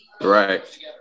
Right